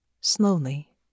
slowly